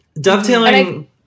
dovetailing